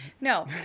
No